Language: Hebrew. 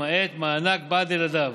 למעט מענק בעד ילדיהם.